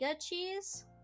cheese